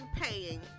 paying